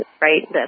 right